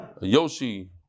Yoshi